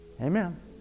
Amen